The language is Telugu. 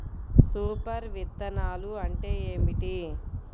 సూపర్ విత్తనాలు అంటే ఏమిటి?